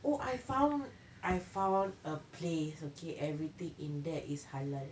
oh I found I found a place okay everything in there is halal